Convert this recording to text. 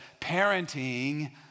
parenting